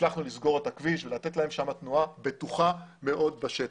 הצלחנו לסגור את הכביש ולתת להם שם תנועה בטוחה מאוד בשטח.